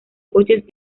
coches